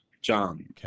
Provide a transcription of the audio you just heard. John